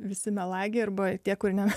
visi melagiai arba tie kur ne